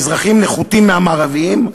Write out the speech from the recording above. המזרחים נחותים מהמערביים,